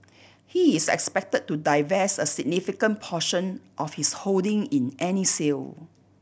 he is expected to divest a significant portion of his holding in any sale